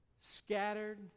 Scattered